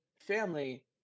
family